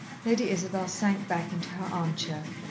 lady isabel sank back into her armchair.